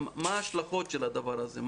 מה ההשלכות של הדבר הזה?